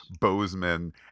bozeman